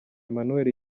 emmanuel